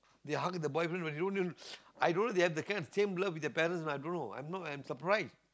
they hug the boyfriend with they don't even i don't know if they have the kind of same love with the parents or not i don't know I'm not I'm surprised